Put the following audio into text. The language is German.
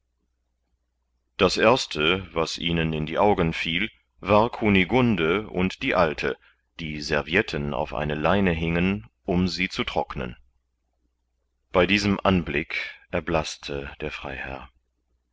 das erste was ihnen in die augen fiel war kunigunde und die alte die servietten auf eine leine hingen um sie zu trocknen bei diesem anblick erblaßte der freiherr